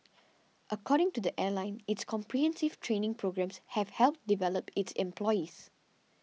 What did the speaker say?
according to the airline its comprehensive training programmes have helped develop its employees